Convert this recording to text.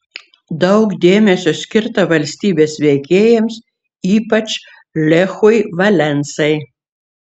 daug dėmesio skirta valstybės veikėjams ypač lechui valensai